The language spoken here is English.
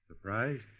Surprised